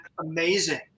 amazing